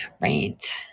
Right